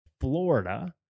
Florida